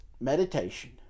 meditation